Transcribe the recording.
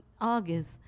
August